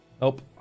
nope